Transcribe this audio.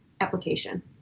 application